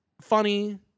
funny